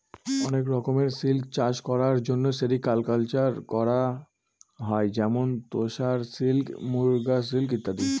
অনেক রকমের সিল্ক চাষ করার জন্য সেরিকালকালচার করা হয় যেমন তোসর সিল্ক, মুগা সিল্ক ইত্যাদি